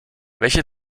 welche